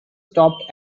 stopped